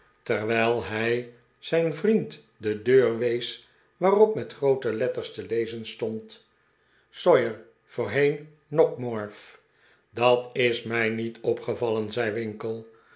terwijl hij zijn vriend de deur wees waarop met groote letters te lezen stond sawyer voorheen nockemorf dat is mij niet opgevallen zei winkle